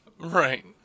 Right